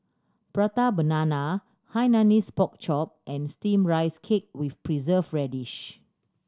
Prata Banana Hainanese Pork Chop and Steamed Rice Cake with preserve radish